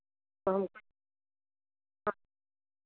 तो हम हाँ